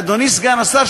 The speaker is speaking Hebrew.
אדוני סגן השר,